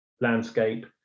landscape